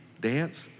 dance